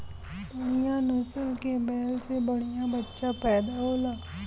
बढ़िया नसल के बैल से बढ़िया बच्चा पइदा होला